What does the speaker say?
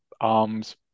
arms